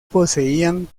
poseían